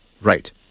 Right